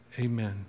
Amen